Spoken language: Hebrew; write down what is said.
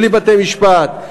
בלי בתי-משפט.